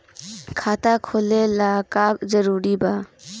खाता खोले ला का का जरूरी बा?